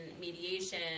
mediation